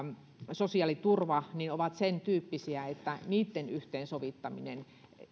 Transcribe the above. sosiaaliturva ovat sen tyyppisiä että niitten yhteensovittaminen